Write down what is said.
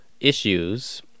issues